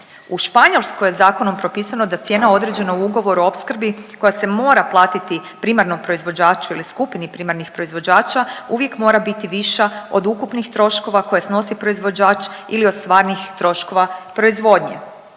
U Španjolskoj je zakonom propisano da cijena određena u ugovoru o opskrbi koja se mora platiti primarnom proizvođaču ili skupini primarnih proizvođača uvijek mora biti viša od ukupnih troškova koje snosi proizvođač ili od stvarnih troškova proizvodnje.